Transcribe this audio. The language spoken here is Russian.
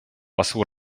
послу